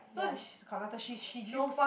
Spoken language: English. ya she's conductor she she knows